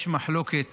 יש מחלוקת